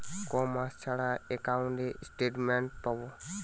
কয় মাস ছাড়া একাউন্টে স্টেটমেন্ট পাব?